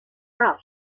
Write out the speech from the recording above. out